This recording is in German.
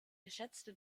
geschätzte